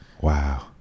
Wow